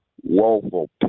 woeful